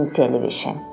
television